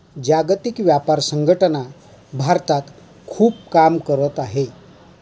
जागतिक व्यापार संघटना भारतात खूप काम करत आहे